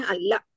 Allah